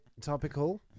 topical